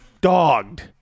dogged